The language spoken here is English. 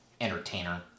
entertainer